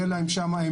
יהיו להם אמצעים,